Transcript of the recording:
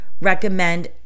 recommend